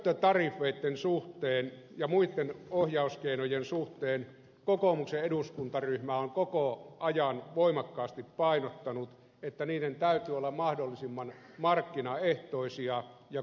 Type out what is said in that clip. näitten syöttötariffien suhteen ja muitten ohjauskeinojen suhteen kokoomuksen eduskuntaryhmä on koko ajan voimakkaasti painottanut että niiden täytyy olla mahdollisimman markkinaehtoisia ja kustannustehokkaita